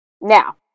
Now